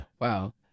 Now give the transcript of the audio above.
Wow